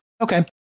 Okay